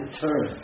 turn